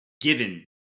given